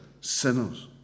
sinners